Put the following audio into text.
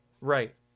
Right